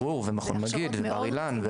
ברור, בר אילן.